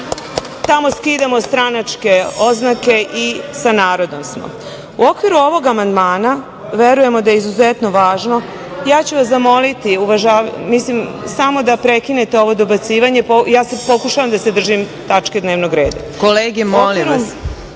tamo skidamo stranačke oznake i sa narodom smo, ovog amandmana, verujemo da je izuzetno važno, a ja ću vas zamoliti, samo da prekinete ovo dobacivanje, ja pokušavam da se držim tačke dnevnog reda. **Marina